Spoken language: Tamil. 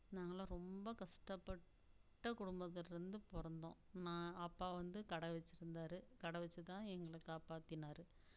நாங்கள்லாம் ரொம்ப கஷ்டப்பட்ட குடும்பத்துலேருந்து பிறந்தோம் நான் அப்பா வந்து கடை வெச்சுருந்தாரு கடை வெச்சு தான் எங்களை காப்பாற்றினாரு